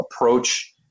approach